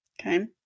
Okay